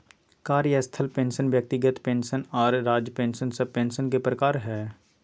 कार्यस्थल पेंशन व्यक्तिगत पेंशन आर राज्य पेंशन सब पेंशन के प्रकार हय